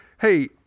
hey